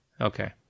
Okay